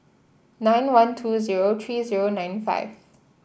nine one two zero three zero nine five